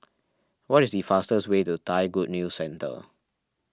what is the fastest way to Thai Good News Centre